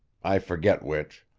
i forget which